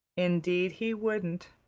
indeed he wouldn't,